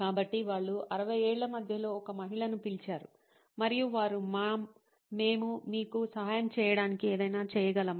కాబట్టి వారు 60 ఏళ్ల మధ్యలో ఒక మహిళను పిలిచారు మరియు వారు 'మామ్Ma'am మేము మీకు సహాయం చేయడానికి ఏదైనా చేయగలమా